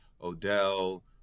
Odell